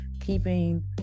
keeping